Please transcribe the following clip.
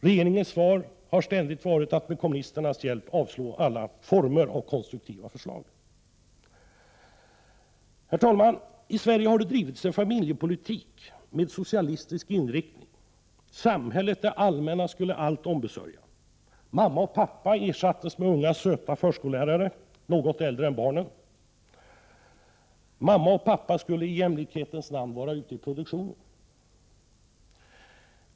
Regeringens svar har ständigt varit att med kommunisternas hjälp avslå alla former av konstruktiva förslag. Herr talman! I Sverige har det bedrivits en familjepolitik med socialistisk inriktning. Samhället, det allmänna, skulle allt ombesörja. Mamma och pappa ersattes med unga, söta förskollärare, något äldre än barnen. Mamma och pappa skulle i jämlikhetens namn vara ute i produktionen.